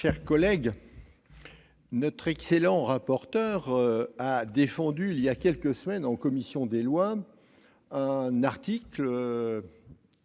collègues, notre excellent rapporteur a défendu il y a quelques semaines, en commission des lois, dans le